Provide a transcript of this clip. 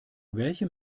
welchem